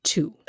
Two